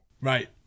Right